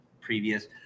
previous